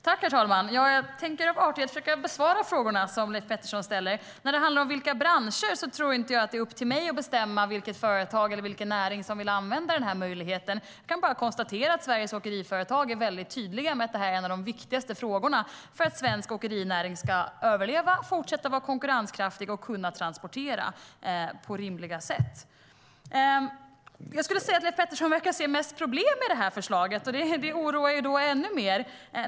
Herr talman! Jag tänker av artighet försöka besvara de frågor som Leif Pettersson ställer. När det handlar om vilka branscher det gäller tror inte jag att det är upp till mig att bestämma vilket företag eller vilken näring som vill använda denna möjlighet. Jag kan bara konstatera att Sveriges åkeriföretag är tydliga med att detta är en av de viktigaste frågorna för att svensk åkerinäring ska överleva, fortsätta att vara konkurrenskraftig och kunna transportera på rimliga sätt. Jag skulle vilja säga att Leif Pettersson mest verkar se problem med förslaget. Det oroar ännu mer.